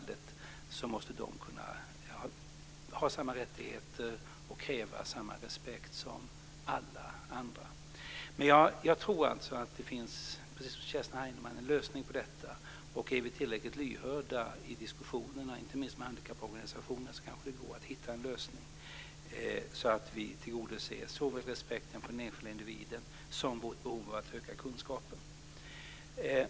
I detta fall måste de kunna ha samma rättigheter och kunna kräva samma respekt som alla andra. Jag tror alltså, precis som Kerstin Heinemann, att det finns en lösning på detta. Och om vi är tillräckligt lyhörda i diskussionerna, inte minst med handikapporganisationerna, går det kanske att hitta en lösning så att vi tillgodoser såväl respekten för den enskilda individen som vårt behov av att öka kunskaperna.